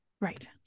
Right